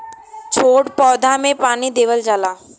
छोट पौधा में पानी देवल जाला